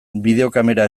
bideokamera